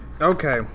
Okay